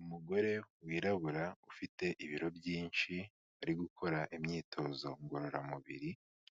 Umugore wirabura ufite ibiro byinshi, uri gukora imyitozo ngororamubiri,